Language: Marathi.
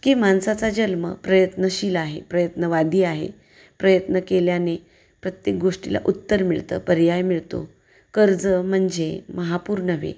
की माणसाचा जन्म प्रयत्नशील आहे प्रयत्नवादी आहे प्रयत्न केल्याने प्रत्येक गोष्टीला उत्तर मिळतं पर्याय मिळतो कर्ज म्हणजे महापूर नव्हे